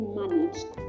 managed